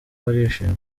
barishima